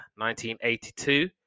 1982